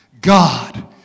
God